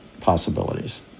possibilities